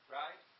right